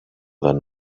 than